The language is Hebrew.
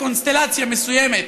בקונסטלציה מסוימת,